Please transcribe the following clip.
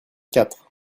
quatre